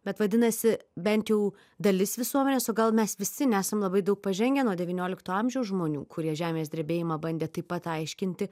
bet vadinasi bent jau dalis visuomenės o gal mes visi nesam labai daug pažengę nuo devyniolikto amžiaus žmonių kurie žemės drebėjimą bandė taip pat aiškinti